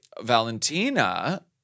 Valentina